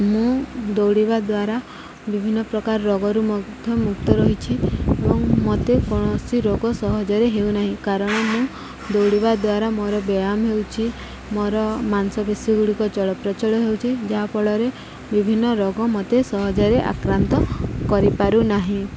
ମୁଁ ଦୌଡ଼ିବା ଦ୍ୱାରା ବିଭିନ୍ନ ପ୍ରକାର ରୋଗରୁ ମଧ୍ୟ ମୁକ୍ତ ରହିଛି ଏବଂ ମୋତେ କୌଣସି ରୋଗ ସହଜରେ ହେଉନାହିଁ କାରଣ ମୁଁ ଦୌଡ଼ିବା ଦ୍ୱାରା ମୋର ବ୍ୟାୟାମ ହେଉଛି ମୋର ମାଂସପେଶୀ ଗୁଡ଼ିକ ଚଳପ୍ରଚଳ ହେଉଛି ଯାହାଫଳରେ ବିଭିନ୍ନ ରୋଗ ମୋତେ ସହଜରେ ଆକ୍ରାନ୍ତ କରିପାରୁନାହିଁ